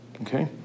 okay